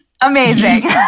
Amazing